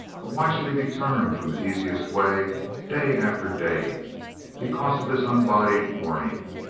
but why should he be turned from the easiest way day after day because of this unbodied warning?